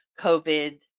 COVID